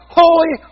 holy